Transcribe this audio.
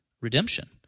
redemption